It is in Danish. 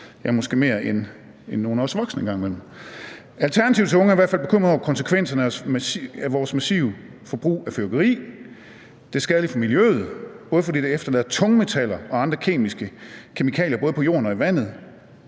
gang imellem mere, end nogle af os voksne gør. Alternativets unge er i hvert fald bekymrede over konsekvenserne af vores massive forbrug af fyrværkeri, både fordi det er skadeligt for miljøet, idet det efterlader tungmetaller og andre kemikalier både på jorden og i vandet,